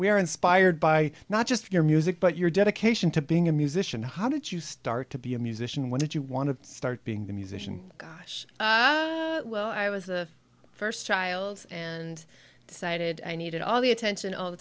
are inspired by not just your music but your dedication to being a musician how did you start to be a musician when did you want to start being a musician gosh well i was the first child and decided i needed all the attention all the